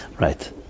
Right